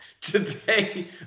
today